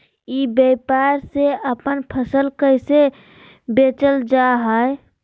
ई व्यापार से अपन फसल कैसे बेचल जा हाय?